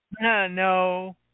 No